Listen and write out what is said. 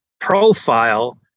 profile